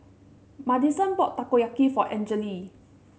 Madisen bought Takoyaki for Angele